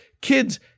kids